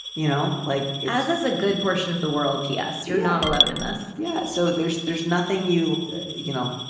you know, like there's a good portion of the world p s, you're not alone in this yeah. so there's there's nothing you you know,